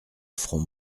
front